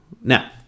now